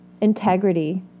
integrity